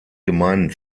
gemeinden